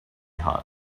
hot